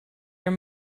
your